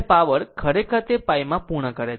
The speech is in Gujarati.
જ્યારે આ પાવર ખરેખર તે π માં તે પૂર્ણ કરે છે